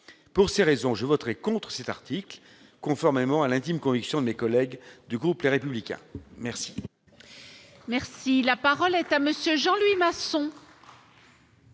Pour ces raisons, je voterai contre cet article, conformément à l'intime conviction de mes collègues du groupe Les Républicains. La